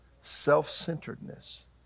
self-centeredness